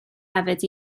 hefyd